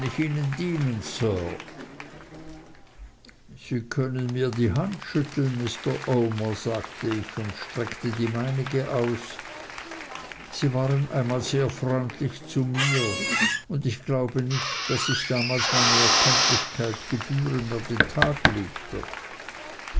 dienen sir sie können mir die hand schütteln mr omer sagte ich und streckte die meinige aus sie waren einmal sehr freundlich zu mir und ich glaube nicht daß ich damals meine erkenntlichkeit gebührend an den tag legte